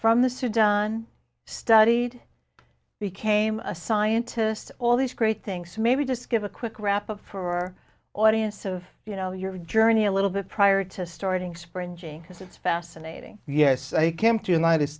from the sudan studied became a scientist all these great things maybe this give a quick wrap up for our audience of you know your journey a little bit prior to starting spring jing because it's fascinating yes i came to